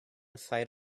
fight